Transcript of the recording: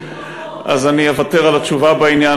אני אוותר על התשובה בעניין,